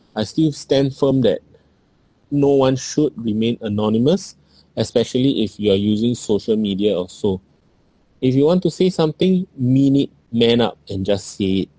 I still stand firm that no one should remain anonymous especially if you are using social media or so if you want to say something mean it man up and just say it